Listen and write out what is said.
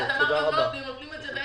ואז אמרנו הם לא נותנים את זה,